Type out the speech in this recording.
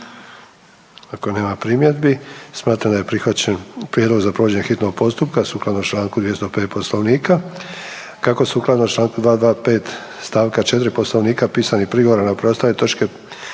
Ako nema primjedbi, smatram da je prihvaćen prijedlog za provođenje hitnog postupka sukladno čl. 205 Poslovnika. Kako sukladno čl. 225. st. 4 Poslovnika pisanih prigovora na preostale točke